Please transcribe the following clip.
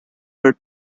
were